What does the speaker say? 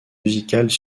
musicales